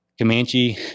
comanche